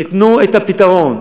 תנו את הפתרון,